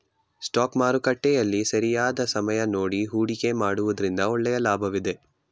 stock ಮಾರುಕಟ್ಟೆಯಲ್ಲಿ ಸರಿಯಾದ ಸಮಯ ನೋಡಿ ಹೂಡಿಕೆ ಮಾಡುವುದರಿಂದ ಒಳ್ಳೆಯ ಲಾಭವಿದೆ